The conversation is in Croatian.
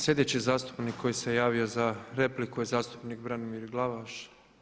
Sljedeći zastupnik koji se javio za repliku je zastupnik Branimir Glavaš.